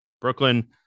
Brooklyn